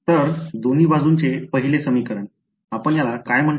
तर दोन्ही बाजूंचे पहिले समीकरण आपण याला काय म्हटले